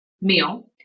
meal